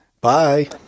Bye